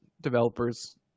developers